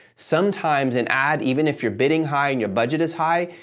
sometimes an ad, even if you're bidding high and your budget is high,